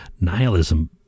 Nihilism